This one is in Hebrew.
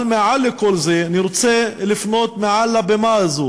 אבל מעל כל זה אני רוצה לפנות על הבימה הזו